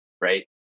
right